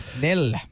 Nil